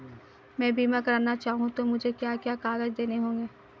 मैं बीमा करना चाहूं तो मुझे क्या क्या कागज़ देने होंगे?